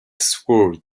sword